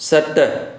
सत